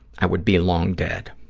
i would be long dead.